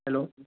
hello